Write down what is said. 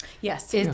yes